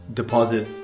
deposit